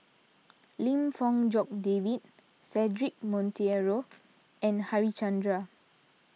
Lim Fong Jock David Cedric Monteiro and Harichandra